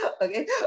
okay